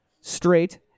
straight